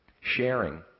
Sharing